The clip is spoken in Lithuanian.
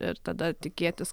ir tada tikėtis